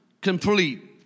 complete